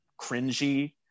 cringy